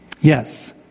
Yes